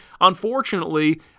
unfortunately